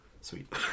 Sweet